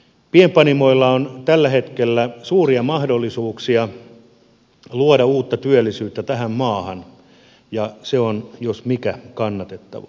pienpanimoilla on tällä hetkellä suuria mahdollisuuksia luoda uutta työllisyyttä tähän maahan ja se jos mikä on kannatettavaa